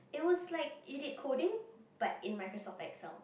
it was like you did coding but in Microsoft Excel